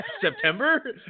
September